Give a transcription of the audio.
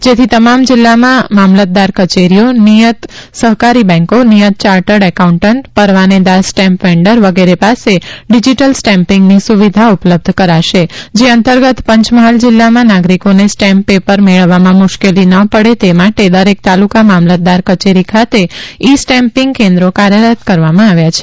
જેથી તમામ જિલ્લામાં મામલતદાર કચેરીઓ નિયત સહકારી બેન્કો નિયત ચાર્ટર્ડ એકાઉન્ટન્ટ પરવાનેદાર સ્ટેમ્પ વેન્ડર વગેરે પાસે ડિજીટલ સ્ટેમ્પિંગની સુવિધા ઉપલબ્ધ કરાશે જે અંતર્ગત પંચમહાલ જિલ્લામાં નાગરિકોને સ્ટેમ્પ પેપર મેળવવામાં મુશ્કેલી ન પડે તે માટે દરેક તાલુકા મામલતદાર કચેરી ખાતે ઇ સ્ટેમ્પિંગ કેન્દ્રો કાર્યરત કરવામાં આવ્યા છે